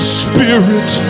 spirit